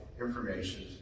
information